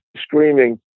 screaming